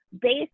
based